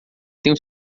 tenho